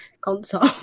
console